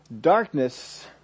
Darkness